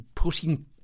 putting